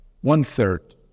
one-third